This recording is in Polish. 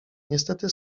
niestety